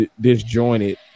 disjointed